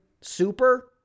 Super